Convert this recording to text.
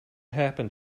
happened